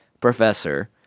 Professor